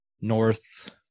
north